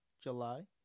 July